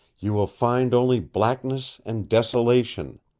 you will find only blackness and desolation.